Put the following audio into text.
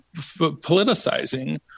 politicizing